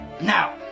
now